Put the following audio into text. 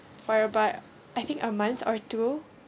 for about I think a month or two